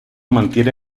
mantiene